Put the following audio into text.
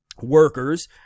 workers